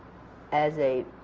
as a